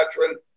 veteran